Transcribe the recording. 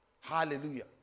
Hallelujah